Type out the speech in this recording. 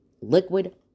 liquid